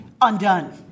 undone